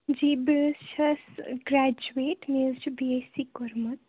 جی بہٕ حظ چھَس گرٛیجویٚٹ مےٚ حظ چھُ بی ایس سی کوٚرمُت